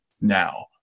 now